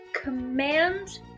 Command